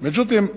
Međutim